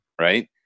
right